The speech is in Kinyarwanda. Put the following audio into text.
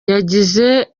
yagize